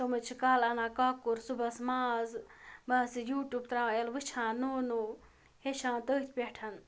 تِم حظ چھِ کالہٕ اَنان کۄکُر صُبحَس ماز بہٕ آسہٕ یوٗٹیوب تراوان ییٚلہِ وٕچھان نو نوٚو ہیٚچھان تٔتھۍ پٮ۪ٹھ